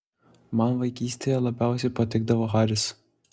man vaikystėje labiausiai patikdavo haris